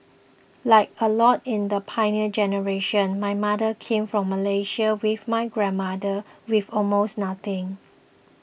like a lot in the Pioneer Generation my mother came from Malaysia with my grandmother with almost nothing